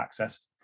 accessed